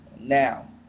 now